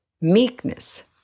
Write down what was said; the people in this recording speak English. meekness